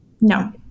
No